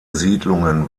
siedlungen